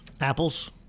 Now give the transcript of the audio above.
Apples